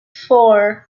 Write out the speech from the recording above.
four